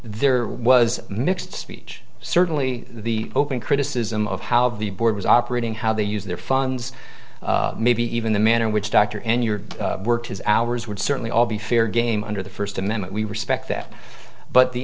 there was mixed speech certainly the open criticism of how the board was operating how they use their funds maybe even the manner in which doctor in your work has hours would certainly all be fair game under the first amendment we respect that but the